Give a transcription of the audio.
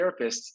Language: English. therapists